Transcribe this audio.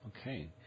okay